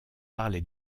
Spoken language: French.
parlé